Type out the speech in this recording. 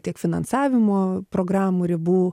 tiek finansavimo programų ribų